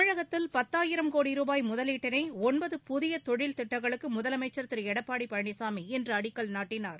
தமிழகத்தில் பத்தாயிரம் கோடி ரூபாய் முதலீட்டிலான ஒன்பது புதிய தொழில் திட்டங்களுக்கு முதலமைச்சா் திரு எடப்பாடி பழனிசாமி இன்று அடிக்கல் நாட்டினார்